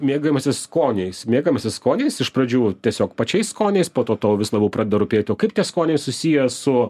mėgavimosi skoniais mėgavimasis skoniais iš pradžių tiesiog pačiais skoniais po to tau vis labiau pradeda rūpėti o kaip tie skoniai susiję su